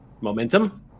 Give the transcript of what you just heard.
momentum